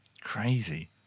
Crazy